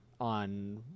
on